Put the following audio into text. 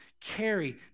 carry